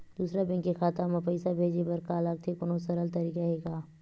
दूसरा बैंक के खाता मा पईसा भेजे बर का लगथे कोनो सरल तरीका हे का?